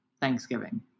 Thanksgiving